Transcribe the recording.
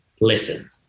listen